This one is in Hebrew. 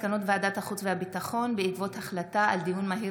מסקנות ועדת החוץ והביטחון בעקבות דיון מהיר